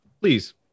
please